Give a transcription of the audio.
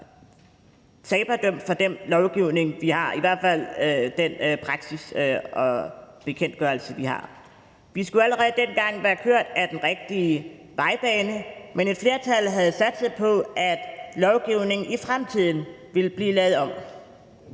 på grund af den lovgivning, vi har – i hvert fald den praksis og bekendtgørelse, vi har. Vi skulle allerede dengang være kørt ud ad den rigtige vognbane, men et flertal havde satset på, at lovgivningen i fremtiden ville blive lavet om.